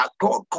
God